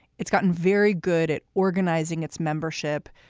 it's gotten very good at organizing its membership,